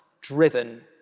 driven